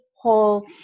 whole